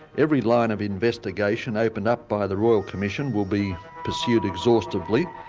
every line of investigation opened up by the royal commission will be pursued exhaustively,